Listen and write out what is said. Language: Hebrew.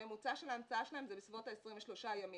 הממוצע של ההמצאה שלהם זה בסביבות 23 ימים,